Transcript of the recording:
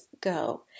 go